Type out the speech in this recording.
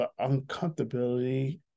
uncomfortability